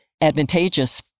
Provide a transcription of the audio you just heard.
advantageous